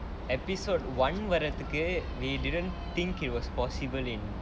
episode one வரதுக்கு:varathukku we didn't think it was possible in